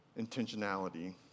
intentionality